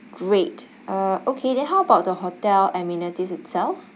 great uh okay then how about the hotel amenities itself